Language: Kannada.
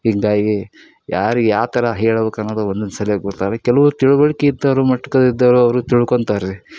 ಹೀಗಾಗಿ ಯಾರಿಗೆ ಯಾವ ಥರ ಹೇಳಬೇಕನ್ನೋದು ಒಂದೊಂದು ಸಲ ಗೊತ್ತಾಗ್ಲ ಕೆಲವ್ರು ತಿಳಿವಳ್ಕೆ ಇದ್ದವರು ಇದ್ದವರು ಅವರು ತಿಳ್ಕೊಳ್ತಾರ್ರಿ